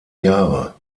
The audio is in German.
jahre